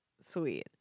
sweet